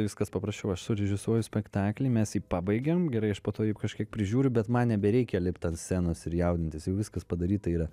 viskas paprasčiau aš surežisuoju spektaklį mes jį pabaigiam gerai aš po to jį kažkiek prižiūriu bet man nebereikia lipt ant scenos ir jaudintis jau viskas padaryta yra